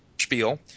spiel